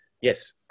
yes